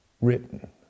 written